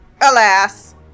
alas